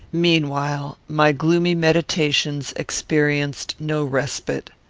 meanwhile, my gloomy meditations experienced no respite.